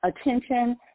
attention